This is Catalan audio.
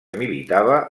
militava